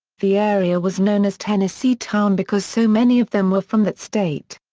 the area was known as tennessee town because so many of them were from that state.